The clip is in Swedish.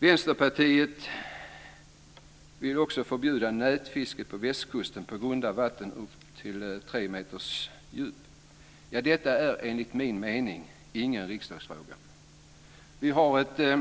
Vänsterpartiet vill också förbjuda nätfiske på västkusten på grunda vatten ut till tre meters djup. Detta är enligt min mening ingen riksdagsfråga. Vi har ett